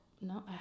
no